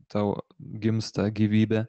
tau gimsta gyvybė